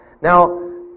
Now